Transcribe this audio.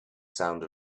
sound